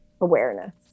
awareness